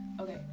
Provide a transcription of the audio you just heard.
okay